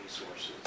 resources